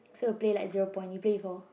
so you play like zero point you play before